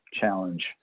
challenge